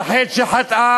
על חטא שחטאה